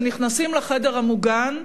שנכנסים לחדר המוגן,